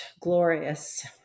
glorious